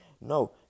No